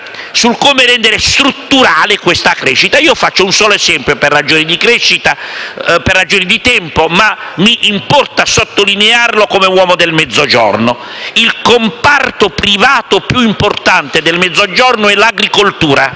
su come rendere strutturale questa crescita. Faccio un solo esempio per ragioni di tempo, ma mi importa sottolinearlo come uomo del Mezzogiorno: il comparto privato più importante del Mezzogiorno è l'agricoltura.